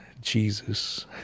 Jesus